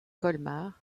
colmar